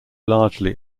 largely